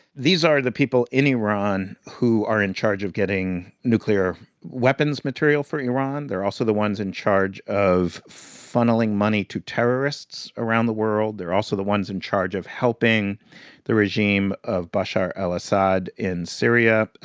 these are the people in iran who are in charge of getting nuclear weapons material for iran. they're also the ones in charge of funneling money to terrorists around the world. they're also the ones in charge of helping the regime of bashar al-assad in syria,